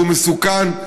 שהוא מסוכן,